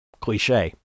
cliche